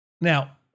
Now